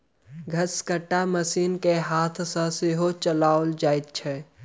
घसकट्टा मशीन के हाथ सॅ सेहो चलाओल जाइत छै